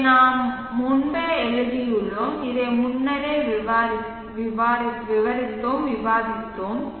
இதை நாங்கள் முன்பே எழுதியுள்ளோம் இதை முன்னர் விவரித்தோம் விவாதித்தோம்